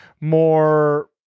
more